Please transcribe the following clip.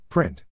Print